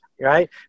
right